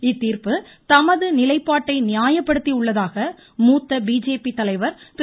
இத்தீர்ப்பு தமது நிலைப்பாட்டை நியாயப்படுத்தியுள்ளதாக மூத்த பிஜேபி தலைவர் திரு